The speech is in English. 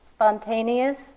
Spontaneous